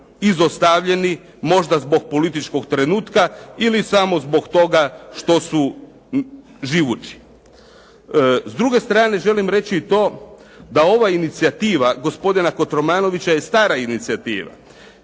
izostavljeni možda zbog političkog trenutka, ili samo zbog toga što su živući. S druge strane želim reći i to da ova inicijativa gospodina Kotromanovića je stara inicijativa.